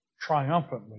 triumphantly